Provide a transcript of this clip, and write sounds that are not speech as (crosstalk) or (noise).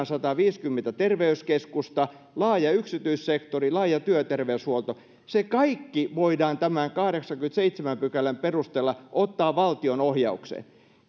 (unintelligible) sataviisikymmentä terveyskeskusta laaja yksityissektori laaja työterveyshuolto voidaan tämän kahdeksannenkymmenennenseitsemännen pykälän perusteella ottaa valtion ohjaukseen